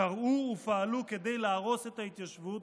קראו ופעלו כדי להרוס את ההתיישבות,